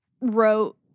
wrote